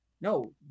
No